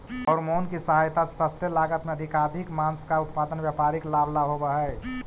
hormone की सहायता से सस्ते लागत में अधिकाधिक माँस का उत्पादन व्यापारिक लाभ ला होवअ हई